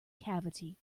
cavity